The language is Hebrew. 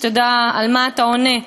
שתדע על מה אתה עונה: